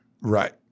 Right